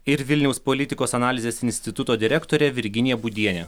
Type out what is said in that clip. ir vilniaus politikos analizės instituto direktorė virginija būdienė sveiki